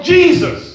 Jesus